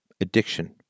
addiction